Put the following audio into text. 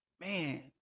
man